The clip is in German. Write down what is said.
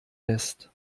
lässt